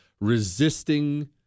resisting